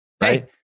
Right